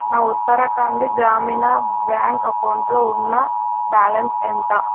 నా ఉత్తరాఖండ్ గ్రామీణ బ్యాంక్ అకౌంటులో ఉన్న బ్యాలన్స్ ఎంత